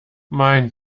mein